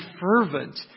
fervent